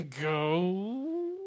Go